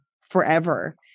forever